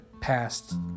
past